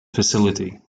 facility